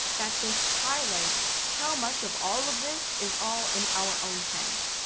that this highlights how much of all of this is all in our own heads.